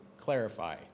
clarify